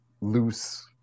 loose